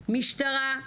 משטרה,